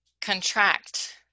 Contract